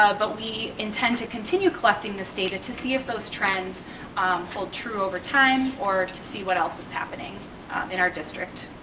ah but we intend to continue collecting this data to see if those trends hold true over time or to see what else is happening in our district,